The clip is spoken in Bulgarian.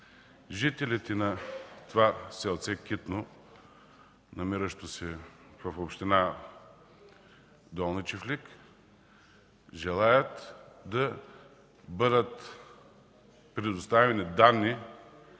Жителите на това китно селце, намиращо се в община Долни Чифлик, желаят да бъдат предоставени данни